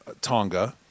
Tonga